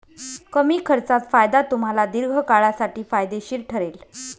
कमी खर्चात फायदा तुम्हाला दीर्घकाळासाठी फायदेशीर ठरेल